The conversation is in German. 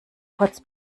kurz